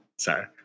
Sorry